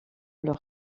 leur